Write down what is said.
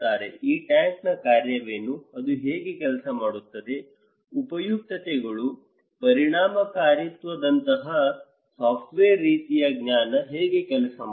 ಈ ಟ್ಯಾಂಕ್ನ ಕಾರ್ಯವೇನು ಅದು ಹೇಗೆ ಕೆಲಸ ಮಾಡುತ್ತದೆ ಉಪಯುಕ್ತತೆಗಳು ಪರಿಣಾಮಕಾರಿತ್ವದಂತಹ ಸಾಫ್ಟ್ವೇರ್ ರೀತಿಯ ಜ್ಞಾನ ಹೇಗೆ ಕೆಲಸ ಮಾಡುತ್ತದೆ